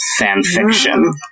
fanfiction